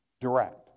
direct